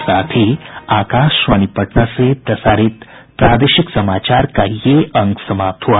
इसके साथ ही आकाशवाणी पटना से प्रसारित प्रादेशिक समाचार का ये अंक समाप्त हुआ